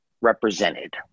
represented